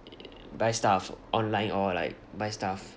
buy stuff online or like buy stuff